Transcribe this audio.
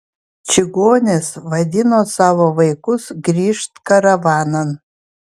čigonės vadino savo vaikus grįžt karavanan